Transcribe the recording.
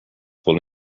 will